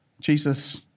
Jesus